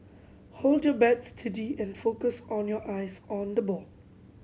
hold your bat steady and focus on your eyes on the ball